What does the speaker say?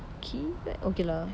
kiwek okay lah